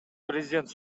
президент